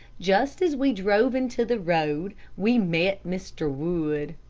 just as we drove into the road, we met mr. wood.